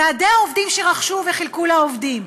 ועדי העובדים שרכשו וחילקו לעובדים,